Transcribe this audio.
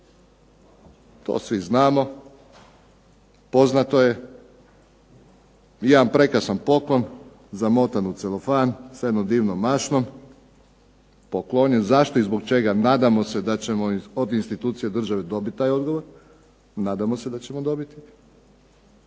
To svi znamo. Poznato je. Jedan prekrasan poklon zamotan u celofan sa jednom divnom mašnom. Poklonjen zašto i zbog čega? Nadamo se da ćemo od institucije države dobiti taj odgovor, nadamo se da ćemo dobiti.